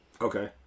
Okay